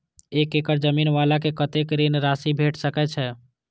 एक एकड़ जमीन वाला के कतेक ऋण राशि भेट सकै छै?